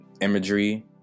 imagery